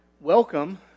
welcome